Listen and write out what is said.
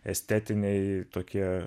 estetiniai tokie